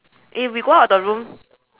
eh we go out the room